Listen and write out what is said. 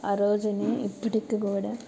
ఆ రోజుని ఇప్పటికీ కూడా